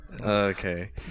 Okay